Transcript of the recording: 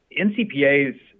NCPA's